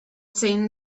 seen